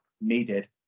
needed